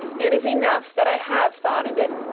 it is enough that i have thought of it,